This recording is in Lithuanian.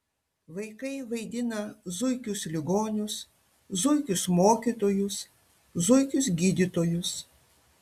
vaikai vaidina zuikius ligonius zuikius mokytojus zuikius gydytojus